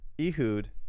Ehud